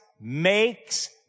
makes